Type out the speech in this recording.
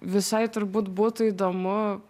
visai turbūt būtų įdomu